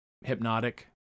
hypnotic